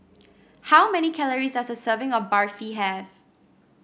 how many calories does a serving of Barfi have